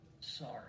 sorry